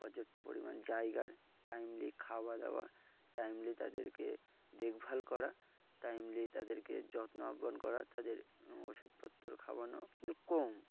পর্যাপ্ত পরিমাণ জায়গায় টাইমলি খাওয়া দাওয়া টাইমলি তাদেরকে দেখভাল করা টাইমলি তাদেরকে যত্ন আব্বান করা তাদের ওষুধপত্র খাওয়ানো কিন্তু কম